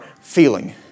feeling